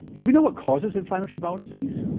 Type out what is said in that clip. do we know what causes inflammatory bowel disease?